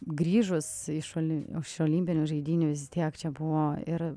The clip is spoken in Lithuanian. grįžus iš olim iš olimpinių žaidynių vis tiek čia buvo ir